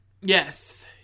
yes